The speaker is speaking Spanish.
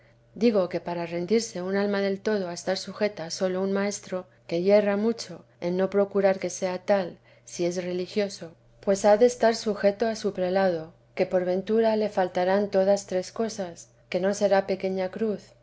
digo que para rendirse un alma del todo a estar sujeta a sólo un maestro que yerra mucho en no procurar que sea tal si es religioso pues teresa de jesús ha de estar sujeto a su prelado que por ventura le faltarán todas tres cosas que no será pequeña cruz